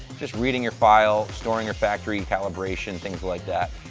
just reading your file, storing your factory calibration, things like that.